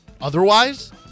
otherwise